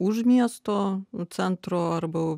už miesto centro arba